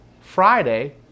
Friday